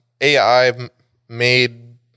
AI-made